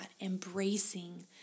embracing